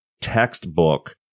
textbook